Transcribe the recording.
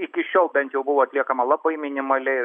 iki šiol bent jau buvo atliekama labai minimaliai